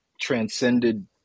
transcended